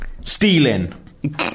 Stealing